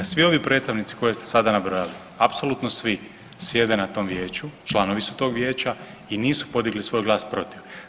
Svi ovi predstavnici koje ste sada nabrojali, apsolutno svi sjede na tom vijeću, članovi su tog vijeća i nisu podigli svoj glas protiv.